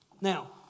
Now